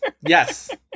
Yes